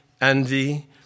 envy